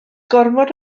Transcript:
gormod